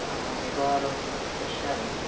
आम् अहम् एकवारं पश्यामि